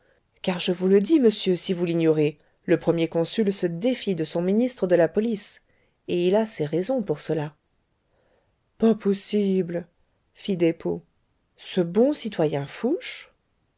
car je vous le dis monsieur si vous l'ignorez le premier consul se défie de son ministre de la police et il a ses raisons pour cela pas possible fit despaux ce bon citoyen fouché